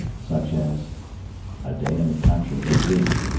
such as a. day in the country with z.